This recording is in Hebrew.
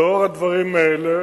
לאור הדברים האלה